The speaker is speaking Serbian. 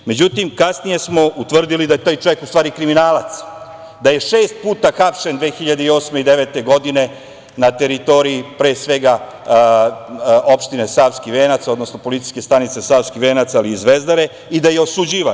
Međutim, kasnije smo utvrdili da je taj čovek u stvari kriminalac, da je šest puta hapšen 2008. i 2009. godine na teritoriji, pre svega, opštine Savski Venac, odnosno PS Savski Venac, ali i Zvezdare i da je osuđivan.